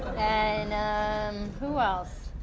and who else?